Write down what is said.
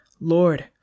Lord